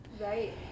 Right